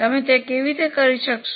તમે તે કેવી રીતે કરી શકશો